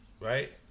right